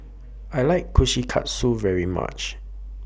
I like Kushikatsu very much